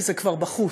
כי זה כבר בחוץ,